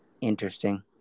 Interesting